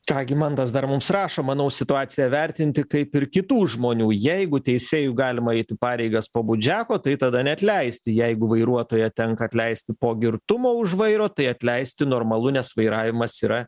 ką gi mantas dar mums rašo manau situaciją vertinti kaip ir kitų žmonių jeigu teisėjui galima eiti pareigas po budžiako tai tada neatleisti jeigu vairuotoją tenka atleisti po girtumo už vairo tai atleisti normalu nes vairavimas yra